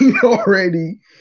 already